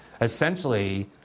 essentially